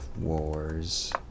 wars